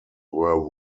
were